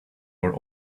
were